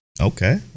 Okay